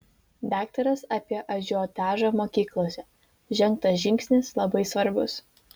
daktaras apie ažiotažą mokyklose žengtas žingsnis labai svarbus